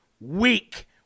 Weak